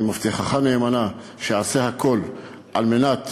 אני מבטיחך נאמנה שאעשה הכול על מנת